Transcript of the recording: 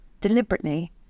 deliberately